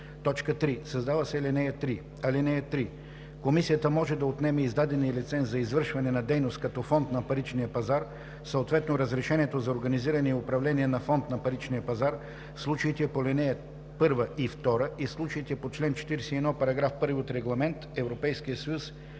3. Създава се ал. 3: „(3) Комисията може да отнеме издадения лиценз за извършване на дейност като фонд на паричния пазар, съответно разрешението за организиране и управление на фонд на паричния пазар, в случаите по ал. 1 и 2 и в случаите по чл. 41, параграф 1 от Регламент (ЕС)